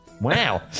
Wow